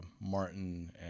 Martin